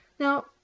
Now